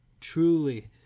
truly